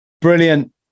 Brilliant